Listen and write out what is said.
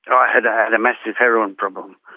i had a and massive heroin problem.